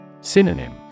Synonym